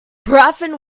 paraffin